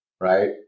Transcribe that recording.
right